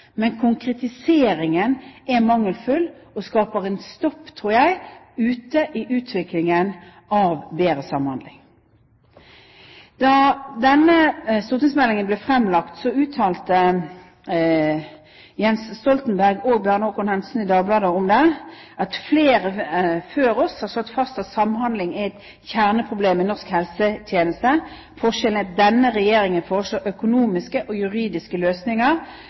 men konkretiseringen er mangelfull og skaper en stopp ute, tror jeg, i utviklingen av bedre samhandling. Da denne stortingsmeldingen ble fremlagt, uttalte Jens Stoltenberg og Bjarne Håkon Hanssen i Dagbladet: «Flere før oss har slått fast at samhandling er kjerneproblemet i norsk helsetjeneste. Forskjellen er at denne regjeringen foreslår økonomiske og juridiske løsninger